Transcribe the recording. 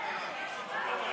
ההצבעה.